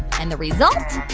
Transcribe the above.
and the result